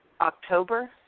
October